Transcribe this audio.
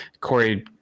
Corey